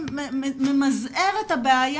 לא העזה לטעון את הדבר הזה.